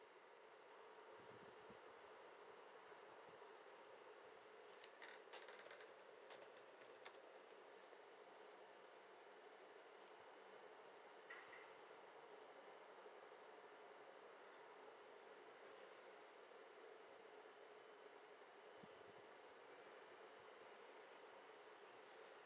uh